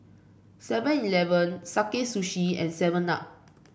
Seven Eleven Sakae Sushi and Seven Up